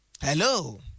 Hello